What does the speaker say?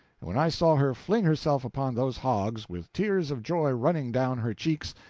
and when i saw her fling herself upon those hogs, with tears of joy running down her cheeks,